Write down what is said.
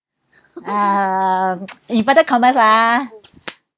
um it's very common lah